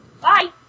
Bye